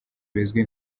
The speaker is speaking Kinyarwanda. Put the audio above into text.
bizwi